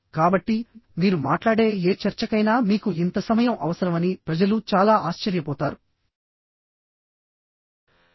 కాబట్టిమీరు మాట్లాడే ఏ చర్చకైనా మీకు ఇంత సమయం అవసరమని ప్రజలు చాలా ఆశ్చర్యపోతారు